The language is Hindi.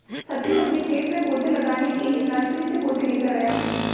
सचिन अपने खेत में पौधे लगाने के लिए नर्सरी से पौधे लेकर आया